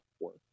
work